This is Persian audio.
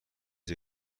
فکر